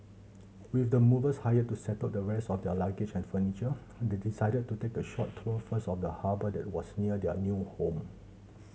with the movers hired to settle the rest of their luggage and furniture they decided to take a short tour first of the harbour that was near their new home